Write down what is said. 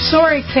Sorry